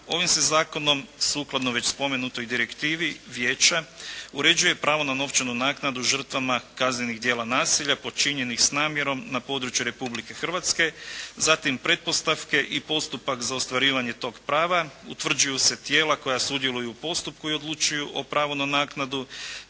ovim se zakonom sukladno već spomenutoj direktivi vijeća uređuje pravo na novčanu naknadu žrtvama kaznenih djela nasilja počinjenih s namjerom na području Republike Hrvatske. Zatim pretpostavke i postupak za ostvarivanje tog prava, utvrđuju se tijela koja sudjeluju u postupku i odlučuju o pravu na naknadu